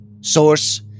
Source